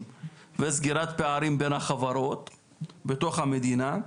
וסגירת פערים בין החברות בתוך המדינה,